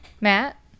Matt